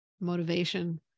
motivation